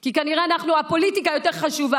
כי כנראה הפוליטיקה יותר חשובה.